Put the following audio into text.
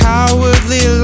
Cowardly